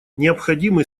необходимы